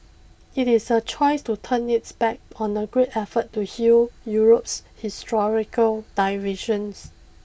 it is a choice to turn its back on the great effort to heal Europe's historical divisions